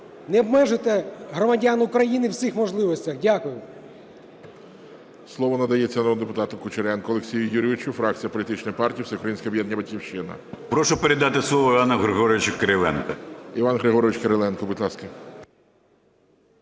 не обмежувати громадян України в цих можливостях. Дякую.